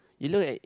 you look at